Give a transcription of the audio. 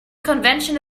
convention